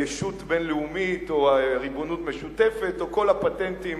ישות בין-לאומית או ריבונות משותפת או כל הפטנטים